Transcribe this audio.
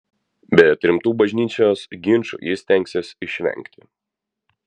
bet rimtų bažnyčios ginčų ji stengsis išvengti